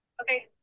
okay